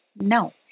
No